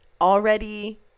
already